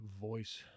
voice